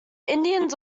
indians